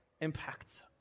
impacts